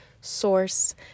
source